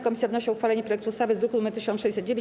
Komisja wnosi o uchwalenie projektu ustawy z druku nr 1609.